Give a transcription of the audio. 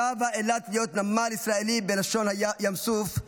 שבה אילת להיות נמל ישראלי בלשון ים סוף,